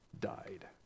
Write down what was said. died